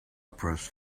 press